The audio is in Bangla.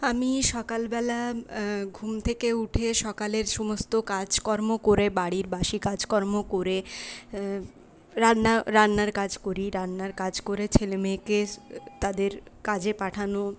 আমি সকালবেলা ঘুম থেকে উঠে সকালের সমস্ত কাজকর্ম করে বাড়ির বাসি কাজকর্ম করে রান্না রান্নার কাজ করি রান্নার কাজ করে ছেলেমেয়েকে তাদের কাজে পাঠানো